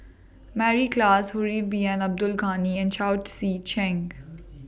Mary Klass Harun Bin Abdul Ghani and Chao Tzee Cheng